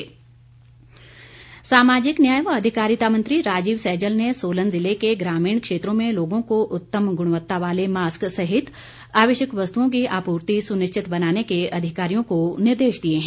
सैजल सामाजिक न्याय व अधिकारिता मंत्री राजीव सैजल ने सोलन जिले के ग्रामीण क्षेत्रों में लोगों को उत्तम गुणवत्ता वाले मास्क सहित आवश्यक वस्तुओं की आपूर्ति सुनिश्चित बनाने के अधिकारियों को निर्देश दिए हैं